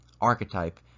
archetype